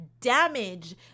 damage